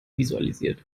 visualisiert